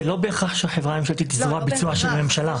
זה לא בהכרח שהחברה הממשלתית היא זרוע ביצוע של הממשלה.